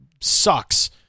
sucks